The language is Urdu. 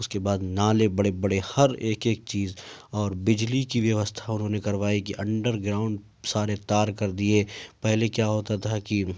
اس کے بعد نالے بڑے بڑے ہر ایک ایک چیز اور بجلی کی ویوستھا انہوں نے کروائی کہ انڈر گراؤنڈ سارے تار کر دیے پہلے کیا ہوتا تھا کہ